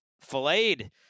filleted